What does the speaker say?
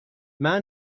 man